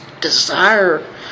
desire